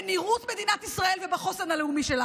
בנראות מדינת ישראל ובחוסן הלאומי שלה.